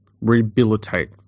rehabilitate